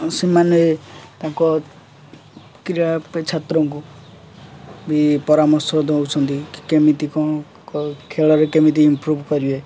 ସେମାନେ ତାଙ୍କ କ୍ରୀଡ଼ା ପାଇଁ ଛାତ୍ରଙ୍କୁ ବି ପରାମର୍ଶ ଦଉଛନ୍ତି କେମିତି କ'ଣ ଖେଳ ରେ କେମିତି ଇମ୍ପ୍ରୁଭ୍ କରିବେ